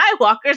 Skywalkers